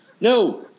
no